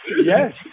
yes